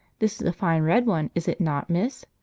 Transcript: this is a fine red one, is it not, miss?